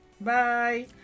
Bye